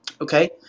okay